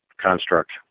construct